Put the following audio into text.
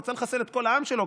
רצה לחסל את כל העם שלו,